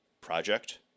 project